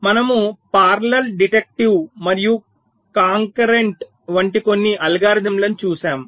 మనము parallel deductive మరియు concurrent వంటి కొన్ని అల్గారిథమ్లను చూశాము